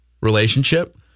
relationship